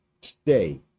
stay